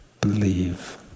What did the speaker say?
believe